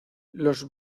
los